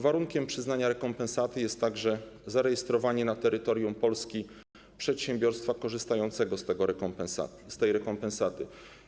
Warunkiem przyznania rekompensaty jest także zarejestrowanie na terytorium Polski przedsiębiorstwa korzystającego z tej rekompensaty.